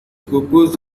propose